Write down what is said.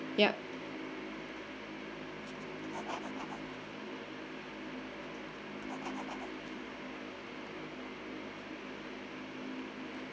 ya